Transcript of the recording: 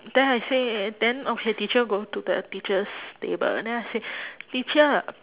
then I say then okay teacher go to the teacher's table then I say teacher